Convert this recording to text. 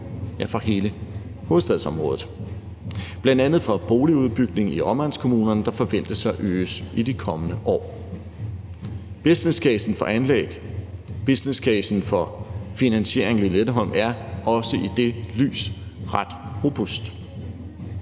ja, fra hele hovedstadsområdet, bl.a. fra boligudbygning i omegnskommunerne, der forventes at øges i de kommende år. Businesscasen for anlæg, businesscasen for finansiering af Lynetteholm er også i det lys ret robust.